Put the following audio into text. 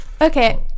Okay